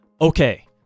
okay